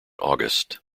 august